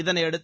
இதனையடுத்து